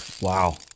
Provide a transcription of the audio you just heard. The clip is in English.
Wow